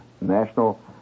national